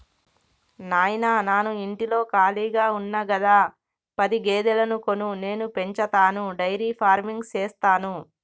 నాయిన నాను ఇంటిలో కాళిగా ఉన్న గదా పది గేదెలను కొను నేను పెంచతాను డైరీ ఫార్మింగ్ సేస్తాను